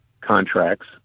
contracts